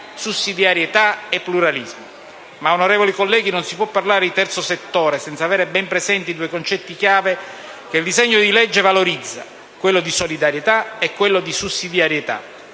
sussidiarietà e pluralismo. Ma, onorevoli colleghi, non si può parlare di terzo settore senza avere ben presenti due concetti chiave che il disegno di legge valorizza: quello di solidarietà e quello di sussidiarietà.